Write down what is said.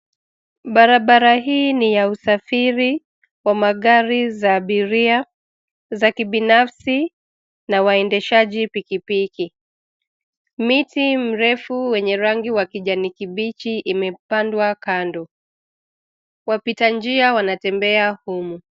Barabara hii ni ya usafiri wa magari za abiria, za kibinafsi, na waendeshaji pikipiki. Miti mrefu wenye rangi wa kijani kibichi imepandwa kando. Wapita njia wanatembea humu.